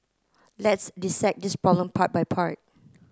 let's dissect this problem part by part